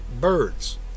birds